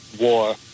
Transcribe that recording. war